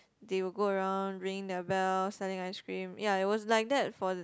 they will go around ringing their bells selling ice cream ya it was like that for